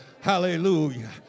Hallelujah